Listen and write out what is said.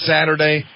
Saturday